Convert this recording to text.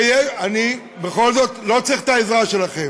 אני בכל זאת לא צריך את העזרה שלכם,